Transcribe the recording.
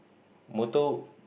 motto